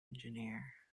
engineer